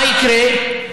מה יקרה?